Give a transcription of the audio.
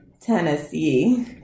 tennessee